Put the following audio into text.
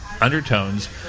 undertones